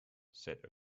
said